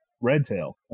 red-tail